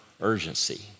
urgency